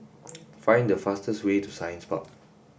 find the fastest way to Science Park